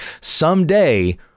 Someday